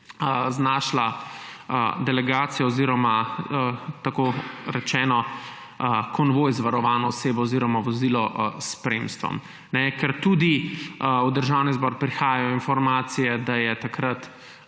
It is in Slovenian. znašla delegacija oziroma konvoj z varovano osebo oziroma vozilo s spremstvom? Ker tudi v Državni zbor prihajajo informacije, da je takrat